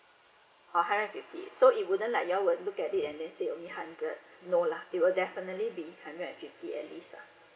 hundred and fifty so it wouldn't like that you would look at it and they say only hundred no lah it will definitely be hundred fifty at least